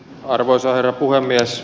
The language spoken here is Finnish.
arvoisa herra puhemies